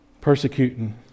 persecuting